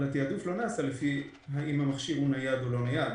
התעדוף לא נעשה לפי השאלה האם המכשיר נייד או לא נייד.